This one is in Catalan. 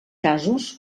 casos